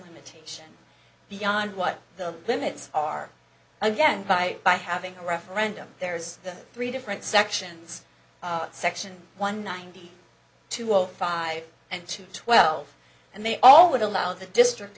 limitation beyond what the limits are again by by having a referendum there's three different sections at section one ninety two zero five and two twelve and they all would allow the district